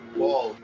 wall